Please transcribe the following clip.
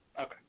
Okay